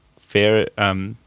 fair –